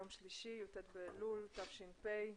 י"ט באלול תש"ף,